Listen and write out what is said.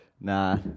nah